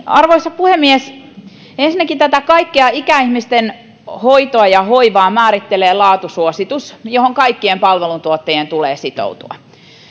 arvoisa puhemies ensinnäkin tätä kaikkea ikäihmisten hoitoa ja hoivaa määrittelee laatusuositus johon kaikkien palveluntuottajien tulee sitoutua